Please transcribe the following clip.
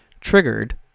Triggered